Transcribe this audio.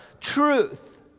truth